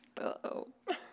Uh-oh